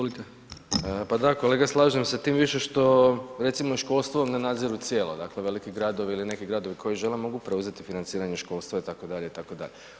Pa da kolega slažem se, tim više što recimo školstvo ne nadziru cijelo, dakle veliki gradovi ili neki gradovi koji žele mogu preuzeti financiranje školstva itd., itd.